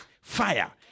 fire